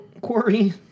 quarry